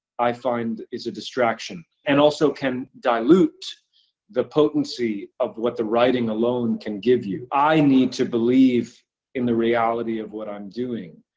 i find, is a distraction, and also can dilute the potency of what the writing alone can give you. i need to believe in the reality of what i'm doing,